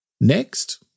Next